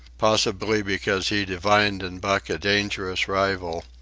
possibly because he divined in buck a dangerous rival,